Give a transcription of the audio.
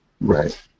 right